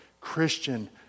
Christian